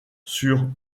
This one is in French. sur